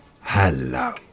Hello